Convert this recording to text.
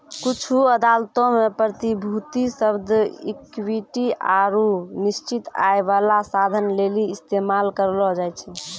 कुछु अदालतो मे प्रतिभूति शब्द इक्विटी आरु निश्चित आय बाला साधन लेली इस्तेमाल करलो जाय छै